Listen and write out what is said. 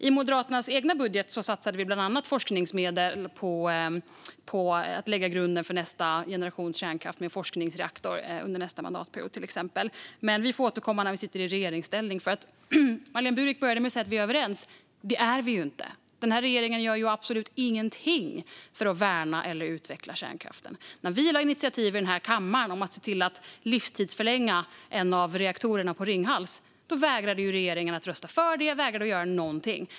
I Moderaternas egen budget satsade vi bland annat medel på forskning för att lägga grunden för nästa generations kärnkraft, till exempel med en forskningsreaktor, under nästa mandatperiod. Men vi får återkomma när vi sitter i regeringsställning. Marlene Burwick började med att säga att vi är överens. Det är vi inte. Den här regeringen gör ju absolut ingenting för att värna eller utveckla kärnkraften. När vi lade fram initiativ i den här kammaren för att livstidsförlänga en av Ringhals reaktorer vägrade regeringen att rösta för det. Man vägrade att göra någonting.